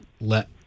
let